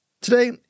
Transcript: Today